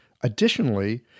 Additionally